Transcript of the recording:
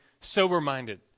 sober-minded